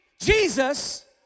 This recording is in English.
Jesus